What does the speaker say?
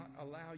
allow